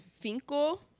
Finkel